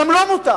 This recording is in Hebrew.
גם לו מותר.